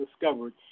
discovered